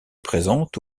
présente